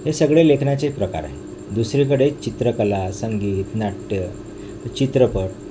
हे सगळे लेखनाचे प्रकार आहेत दुसरीकडे चित्रकला संगीत नाट्य चित्रपट